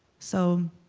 so